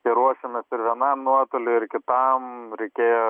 ir ruošėmės ir vienam nuotoliui ir kitam reikėjo